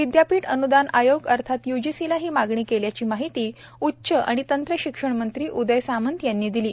विदयापीठ अन्दान आयोग अर्थात यूजीसीला ही मागणी केल्याची माहिती उच्च व तंत्रशिक्षण मंत्री उदय सामंत यांनी दिली